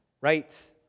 right